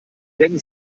denken